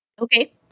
Okay